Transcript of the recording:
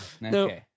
No